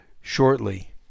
shortly